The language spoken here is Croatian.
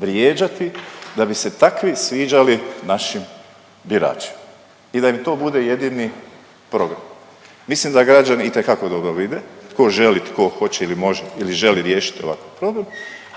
vrijeđati da bi se takvi sviđali našim biračima i da im to bude jedini program. Mislim da građani itekako dobro vide tko želi, tko hoće ili može ili želi riješiti ovakav problem,